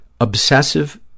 Obsessive